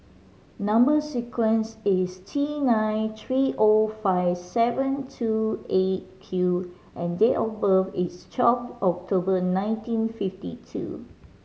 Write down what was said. number sequence is T nine three O five seven two Eight Q and date of birth is twelve October nineteen fifty two